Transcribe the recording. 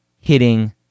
hitting